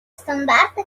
стандарты